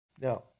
Now